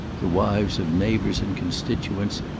the wives of neighbours and constituents,